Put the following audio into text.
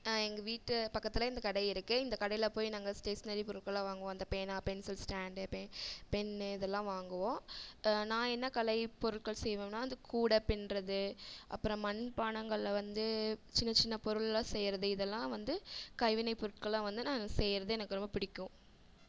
எங்கள் வீட்டு பக்கத்தில் இந்த கடை இருக்கு இந்த கடையில போய் நாங்கள் ஸ்டேஷ்னரி பொருட்கள்லாம் வாங்குவோம் அந்த பேனா பென்சில் ஸ்டேண்ட்டு பே பென்னு இதெல்லாம் வாங்குவோம் நான் என்ன கலைப் பொருட்கள் செய்வோம்ன்னா அந்த கூடை பின்னுறது அப்புறம் மண் பானைங்கள்ல வந்து சின்ன சின்ன பொருள்லாம் செய்கிறது இதெல்லாம் வந்து கைவினை பொருட்கள்லாம் வந்து நான் செய்கிறது எனக்கு ரொம்ப பிடிக்கும்